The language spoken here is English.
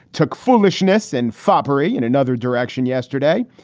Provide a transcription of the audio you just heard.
took foolishness and fosbury in another direction yesterday.